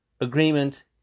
Agreement